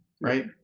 right